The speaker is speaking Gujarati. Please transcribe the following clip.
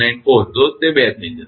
1994 તો તે 2 થઈ જશે